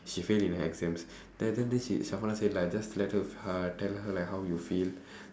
she fail in exams then then then she say like just let her uh tell her like how you feel